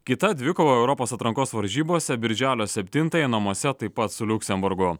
kita dvikova europos atrankos varžybose birželio septintąją namuose taip pat su liuksemburgu